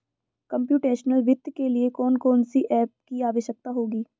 Computational वित्त के लिए कौन कौन सी एप की आवश्यकता होगी?